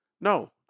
No